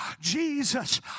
Jesus